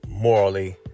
Morally